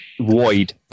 Void